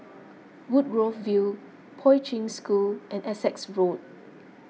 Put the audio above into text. Woodgrove View Poi Ching School and Essex Road